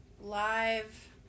live